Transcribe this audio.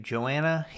Joanna